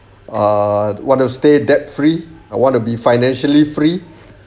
uh want to stay debt free I want to be financially free